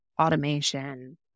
automation